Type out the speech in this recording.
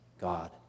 God